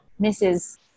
mrs